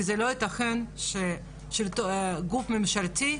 כי זה לא ייתכן שגוף ממשלתי,